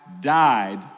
died